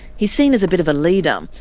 he's seen as a bit of a leader. um